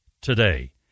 today